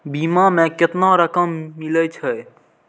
बीमा में केतना रकम मिले छै?